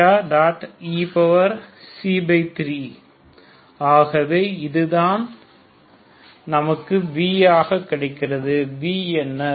e3 ஆகவே இது தான் நமக்கு v ஆக கிடைக்கிறது v என்ன